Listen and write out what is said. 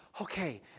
Okay